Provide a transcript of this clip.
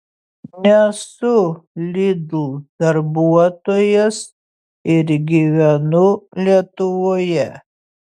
nesu lidl darbuotojas ir gyvenu lietuvoje